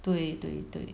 对对对